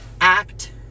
act